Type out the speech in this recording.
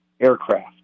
Aircraft